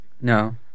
No